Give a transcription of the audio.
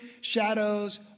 shadows